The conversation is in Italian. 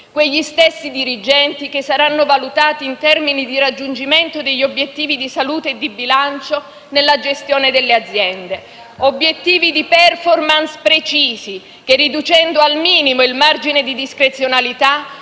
quegli stessi dirigenti saranno valutati in termini di raggiungimento degli obiettivi di salute e di bilancio nella gestione delle aziende. Si tratta di obiettivi di *performance* precisi che, riducendo al minimo il margine di discrezionalità,